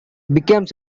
became